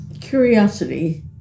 curiosity